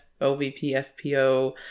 OVP-FPO